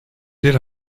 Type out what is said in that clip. bir